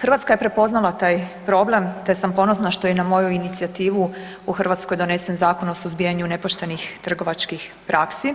Hrvatska je prepoznala taj problem, te sam ponosna što je i na moju inicijativu u Hrvatskoj donesen Zakon o suzbijanju nepoštenih trgovačkih praksi